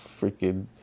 freaking